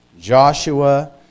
Joshua